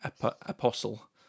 apostle